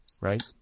Right